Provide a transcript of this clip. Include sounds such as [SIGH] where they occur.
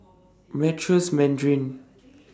[NOISE] Meritus Mandarin